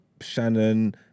Shannon